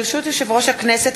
ברשות יושב-ראש הכנסת,